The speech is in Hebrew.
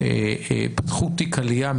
פתחו תיק עלייה.